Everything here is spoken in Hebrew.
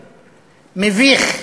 מביך,